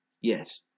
yes